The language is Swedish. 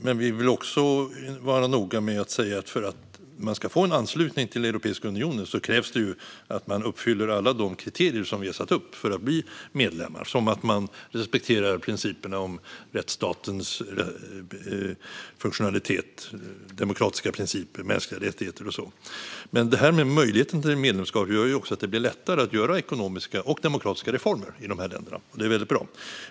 Men vi vill också vara noga med att det krävs att man uppfyller alla de kriterier vi har satt upp för att bli medlem, som att man respekterar rättsstatens funktionalitet, demokratiska principer och mänskliga rättigheter. Men detta med möjligheten till medlemskap gör också att det blir lättare att göra ekonomiska och demokratiska reformer i de här länderna, och det är bra.